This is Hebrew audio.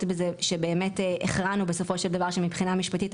בזה שבאמת הכרענו שבסופו של דבר שמבחינה משפטית,